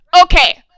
Okay